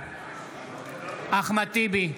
בעד אחמד טיבי,